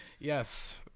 yes